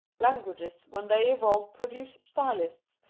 languages when they evolve produce stylists,